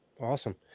Awesome